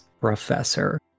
Professor